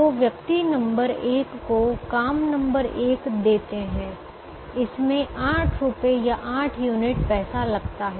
तो व्यक्ति नंबर 1 को काम नंबर 1 देते हैं इसमें 8 रुपये या 8 यूनिट पैसा लगता है